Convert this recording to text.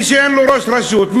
מי שאין לו ראש רשות,